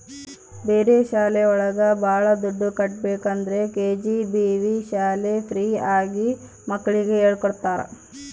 ಬೇರೆ ಶಾಲೆ ಒಳಗ ಭಾಳ ದುಡ್ಡು ಕಟ್ಬೇಕು ಆದ್ರೆ ಕೆ.ಜಿ.ಬಿ.ವಿ ಶಾಲೆ ಫ್ರೀ ಆಗಿ ಮಕ್ಳಿಗೆ ಹೇಳ್ಕೊಡ್ತರ